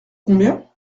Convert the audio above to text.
combien